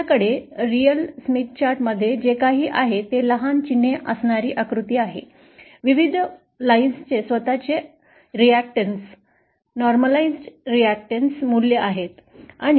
आपल्याकडे रिअलस्मिथ चार्ट मध्ये जे काही आहे ते लहान चिन्हे असणारी आकृती आहे विविध ओळींचे स्वतःचे अभिक्रिया सामान्यीकृत अभिक्रिया मूल्ये आहेत